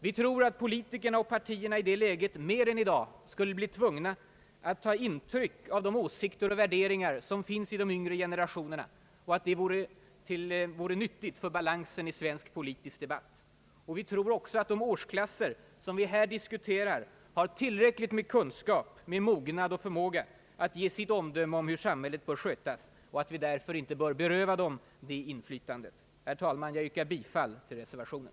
Vi tror att politikerna och partierna i det läget mer än i dag skulle bli mer tvungna att ta intryck av de åsikter och värderingar som finns i de yngre generationerna och att det vore nyttigt för balansen i svensk politisk debatt. Vi tror också att de årsklasser, som vi här diskuterar, har tillräcklig kunskap, mognad och förmåga att ge sitt omdöme om hur samhället bör skötas och att vi därför inte bör beröva dem det inflytandet. Herr talman! Jag yrkar bifall till reservationen.